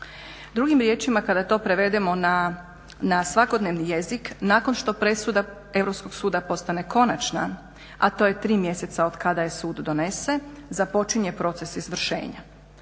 Drugim riječima kada to prevedemo na svakodnevni jezik, nakon što presuda Europskog suda postane konačna, a to je 3 mjeseca od kada je sud donese, započinje proces izvršenja.